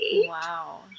Wow